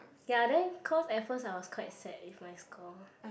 ya then cause at first I was quite sad with my score